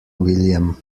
william